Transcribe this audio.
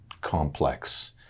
complex